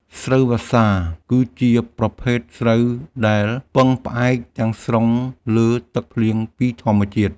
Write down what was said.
ស្រូវវស្សាគឺជាប្រភេទស្រូវដែលពឹងផ្អែកទាំងស្រុងលើទឹកភ្លៀងពីធម្មជាតិ។